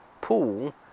pool